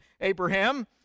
Abraham